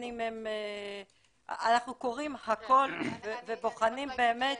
אנחנו קוראים הכול, ובוחנים באמת